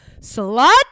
Slut